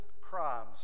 crimes